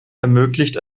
ermöglicht